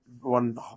one